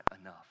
enough